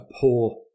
poor